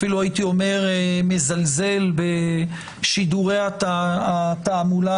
אפילו הייתי אומר מזלזל בשידורי התעמולה